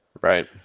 Right